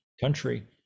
country